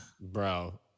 bro